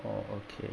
orh okay